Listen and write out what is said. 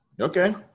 Okay